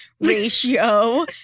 ratio